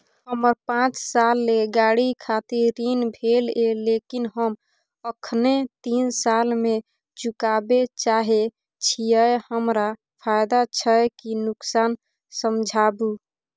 हमर पाँच साल ले गाड़ी खातिर ऋण भेल ये लेकिन हम अखने तीन साल में चुकाबे चाहे छियै हमरा फायदा छै की नुकसान समझाबू?